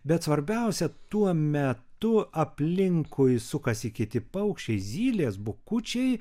bet svarbiausia tuo metu aplinkui sukasi kiti paukščiai zylės bukučiai